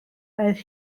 aeth